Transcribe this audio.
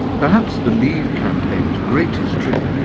perhaps the leave campaign's greatest trick,